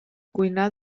cuinar